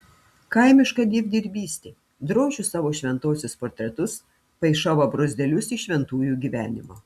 kaimiška dievdirbystė drožiu savo šventosios portretus paišau abrozdėlius iš šventųjų gyvenimo